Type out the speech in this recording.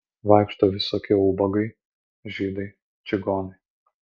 vaikšto visokie ubagai žydai čigonai